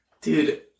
Dude